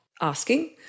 asking